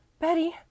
Betty